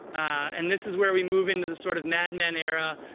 and this is where we move into the sort of mad men era,